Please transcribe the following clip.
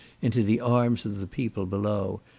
into the arms of the people below,